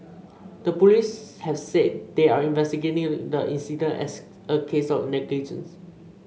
the police have said they are investigating the incident as a case of negligence